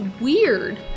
weird